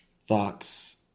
thoughts